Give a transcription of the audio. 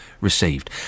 received